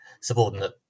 subordinate